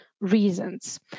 reasons